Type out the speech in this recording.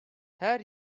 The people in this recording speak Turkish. her